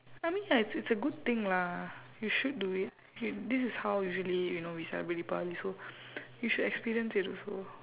I mean ya it's it's a good thing lah you should do it y~ this is how usually you know we celebrate deepavali so you should experience it also